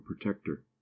protector